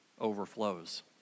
overflows